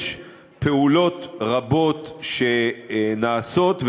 יש פעולות רבות שנעשות,